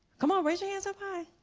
come on raise your hands up high.